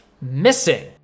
Missing